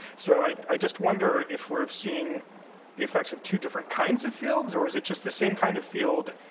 so, i i just wonder if we're seeing the effects of two different kinds of fields or is it just the same kind of field